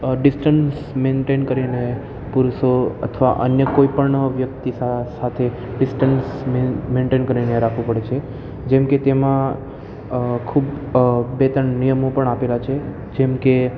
distance maintain કરીને પુરુષો અથવા અન્ય કોઈપણ વ્યક્તિ સા આ સાથે ડિસ્ટસન્સ મેન્ટેન કરીને રાખવું પડે છે જેમકે તેમાં ખૂબ બે ત્રણ નિયમો પણ આપેલા છે જેમકે